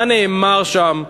מה נאמר שם,